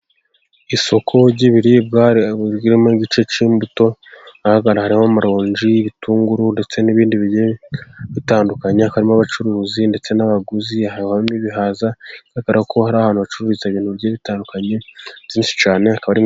Isoko ry'ibiribwa harimo igice cy'imbuto, ahagaragara harimo: amaronji, ibitunguru ndetse n'ibindi bigiye bitandukanye, harimo abacuruzi, ndetse n'abaguzi. Habamo ibihaza, bigaragara ko hari ahantu bahacururiza ibintu bigiye bitandukanye byinshi cyane.